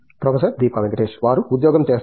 professor Deepa Venkatesh వారు ఉద్యోగం చేస్తారు